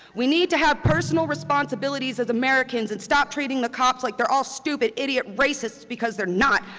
we need to have personal responsibilities as americans and stop treating the cops like they are all stupid idiot racists, because they are not.